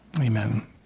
Amen